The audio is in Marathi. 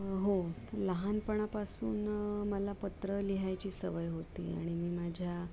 हो लहानपणापासून मला पत्र लिहायची सवय होती आणि मी माझ्या